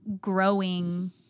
growing